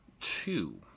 two